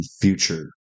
Future